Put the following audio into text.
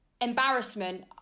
embarrassment